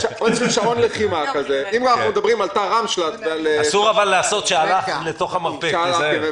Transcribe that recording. אבל אסור לעשות שעל"ח אל תוך המרפק, תיזהר...